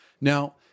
Now